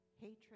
hatred